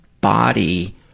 body